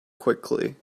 quickly